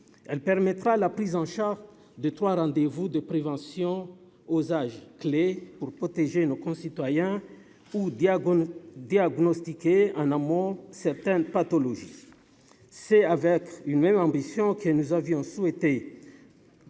elle permettra la prise en charge. Deux 3 rendez-vous de prévention aux âges. Clés pour protéger nos concitoyens ou diagonales diagnostiquer un amont certaines pathologies, c'est avec une même ambition que nous avions souhaité